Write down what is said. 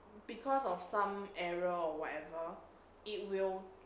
because of some error or whatever it will